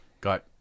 got